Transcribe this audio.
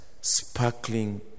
sparkling